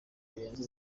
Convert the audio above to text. birenze